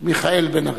מיכאל בן-ארי.